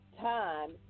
time